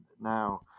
now